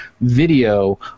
video